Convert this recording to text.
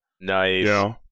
Nice